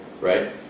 right